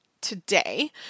today